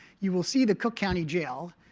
you will see the cook county jail,